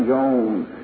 Jones